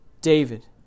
David